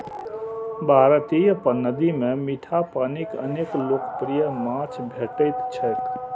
भारतीय नदी मे मीठा पानिक अनेक लोकप्रिय माछ भेटैत छैक